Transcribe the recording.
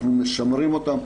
אנחנו משמרים אותם,